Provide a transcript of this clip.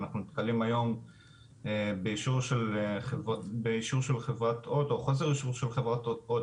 אנחנו נתקלים היום באישור של חברת הוט או חוסר אישור של חברת הוט